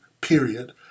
period